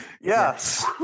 Yes